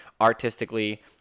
artistically